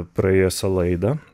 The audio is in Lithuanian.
praėjusią laidą